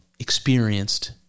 experienced